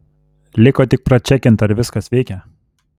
liko tik pračekint ar viskas veikia